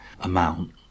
amount